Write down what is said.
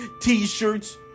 t-shirts